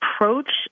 approach